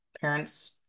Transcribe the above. parents